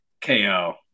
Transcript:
KO